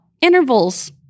Intervals